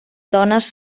dones